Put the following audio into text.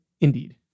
Indeed